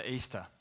Easter